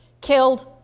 killed